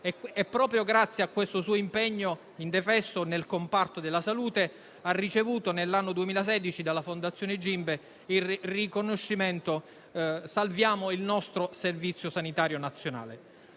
Proprio grazie a questo suo impegno indefesso nel comparto della salute ha ricevuto, nell'anno 2016, dalla fondazione GIMBE, il riconoscimento intitolato «Salviamo il nostro Servizio sanitario nazionale».